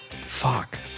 fuck